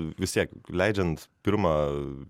vis tiek leidžiant pirmą